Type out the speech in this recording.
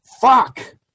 Fuck